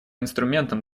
инструментом